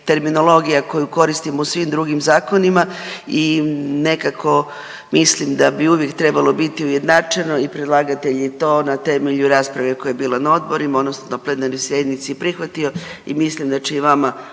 terminologija koju koristimo u svim drugim zakonima i nekako mislim da bi uvijek trebalo biti ujednačeno i predlagatelj je to na temelju rasprave koja je bila na odborima odnosno na plenarnoj sjednici prihvatio i mislim da će i vama